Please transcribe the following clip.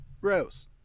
gross